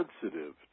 sensitive